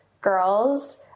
girls